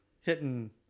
hitting